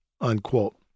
unquote